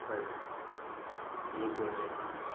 बस यही बोलने चाहने